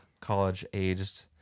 college-aged